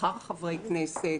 שכר חברי כנסת,